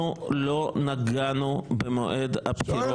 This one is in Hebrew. אנחנו לא נגענו במועד הבחירות.